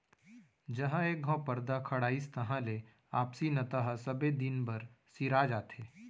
जहॉं एक घँव परदा खड़ाइस तहां ले आपसी नता ह सबे दिन बर सिरा जाथे